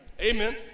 Amen